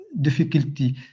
difficulty